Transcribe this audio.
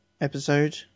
episode